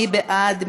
מי בעד?